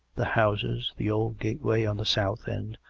the houses, the old gateway on the south end,